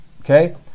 Okay